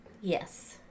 Yes